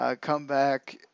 comeback